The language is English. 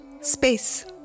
space